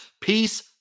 Peace